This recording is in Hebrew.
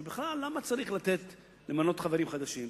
שבכלל למה צריך למנות חברים חדשים?